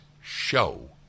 show